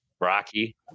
Rocky